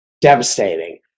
devastating